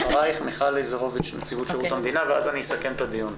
אחרייך מיכל לזרוביץ' מנציבות שירות המדינה ואז אני אסכם את הדיון.